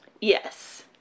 Yes